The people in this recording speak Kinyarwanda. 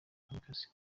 kamikazi